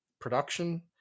production